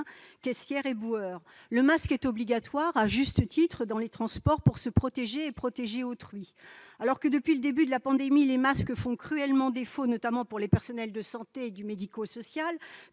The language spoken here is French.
caissières, éboueurs. Le masque est désormais obligatoire dans les transports, à juste titre, pour se protéger et protéger autrui. Alors que, depuis le début de la pandémie, les masques font cruellement défaut, notamment pour les personnels de santé et du secteur médico-social,